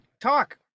talk